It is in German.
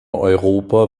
europa